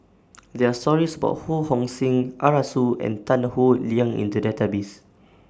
There Are stories about Ho Hong Sing Arasu and Tan Howe Liang in The Database